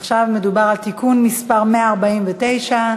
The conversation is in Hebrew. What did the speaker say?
עכשיו מדובר על תיקון מס' 149,